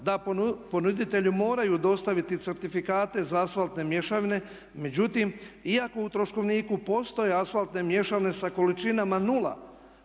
da ponuditelju moraju dostaviti certifikate za asfaltne mješavine, međutim iako u troškovniku postoje asfaltne mješavine sa količinama 0